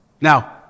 Now